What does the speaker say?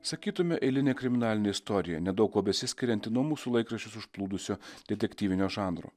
sakytume eilinė kriminalinė istorija nedaug kuo besiskirianti nuo mūsų laikraščius užplūdusio detektyvinio žanro